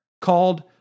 called